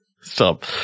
Stop